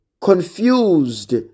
confused